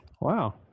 Wow